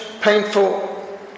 painful